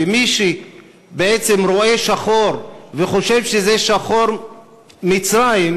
ומי שבעצם רואה שחור וחושב שזה שחור מצרים,